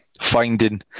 finding